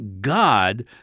God